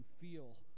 feel